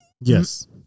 yes